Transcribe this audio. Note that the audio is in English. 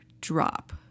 drop